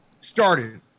started